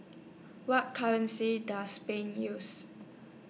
What currency Does Spain use